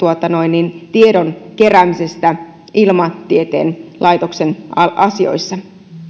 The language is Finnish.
tiedon keräämisestä ilmatieteen laitoksen asioissa